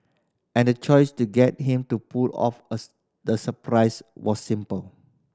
and the choice to get him to pull off the surprise was simple